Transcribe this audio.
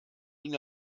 ihn